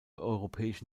europäische